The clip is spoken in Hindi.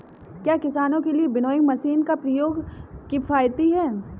क्या किसानों के लिए विनोइंग मशीन का प्रयोग किफायती है?